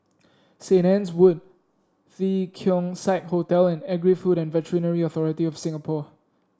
Saint Anne's Wood The Keong Saik Hotel and Agri Food and Veterinary Authority of Singapore